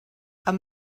amb